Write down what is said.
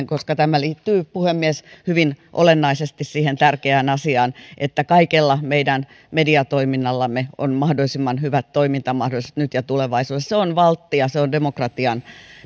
koska tämä liittyy puhemies hyvin olennaisesti siihen tärkeään asiaan että kaikella meidän mediatoiminnallamme on mahdollisimman hyvät toimintamahdollisuudet nyt ja tulevaisuudessa se on valtti ja se on demokratian